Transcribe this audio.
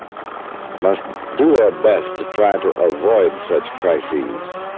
must do their best to try and to avoid such crises,